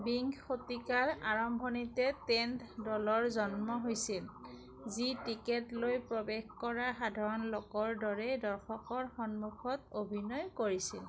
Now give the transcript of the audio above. বিংশ শতিকাৰ আৰম্ভণিতে টেণ্ট দলৰ জন্ম হৈছিল যি টিকেট লৈ প্ৰৱেশ কৰা সাধাৰণ লোকৰ দৰে দৰ্শকৰ সন্মুখত অভিনয় কৰিছিল